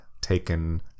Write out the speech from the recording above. taken